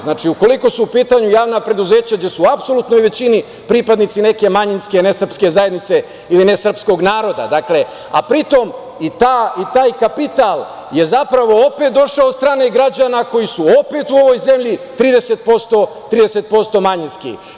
Znači, ukoliko su u pitanju javna preduzeća gde su u apsolutnoj većini pripadnici neke manjinske nesrpske zajednice ili nesrpskog naroda, a pri tom i taj kapital je zapravo opet došao od strane građana koji su opet u ovoj zemlji 30% manjinski.